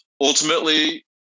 ultimately